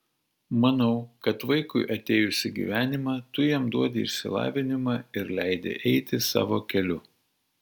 manau kad vaikui atėjus į gyvenimą tu jam duodi išsilavinimą ir leidi eiti savo keliu